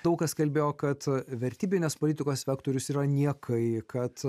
daug kas kalbėjo kad vertybinės politikos vektorius yra niekai kad